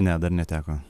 ne dar neteko